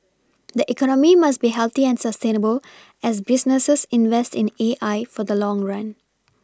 the economy must be healthy and sustainable as businesses invest in A I for the long run